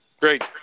Great